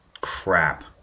crap